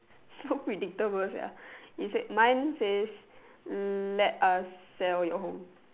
so predictable sia it said mine says l~ let us sell your home